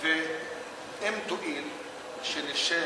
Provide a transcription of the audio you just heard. ואם תואיל שנשב,